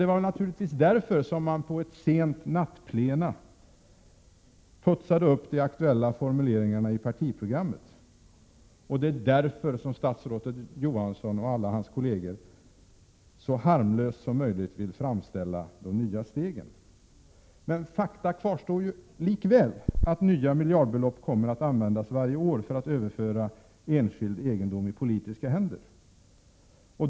Det var naturligtvis därför som man vid ett sent nattplenum putsade upp de aktuella formuleringarna i partiprogrammet, och det är därför som statsrådet Johansson och alla hans kolleger vill framställa de nya stegen som så harmlösa som möjligt. Men fakta kvarstår likväl: nya miljardbelopp kommer att användas för varje år för att överföra enskild egendom i politiska händer.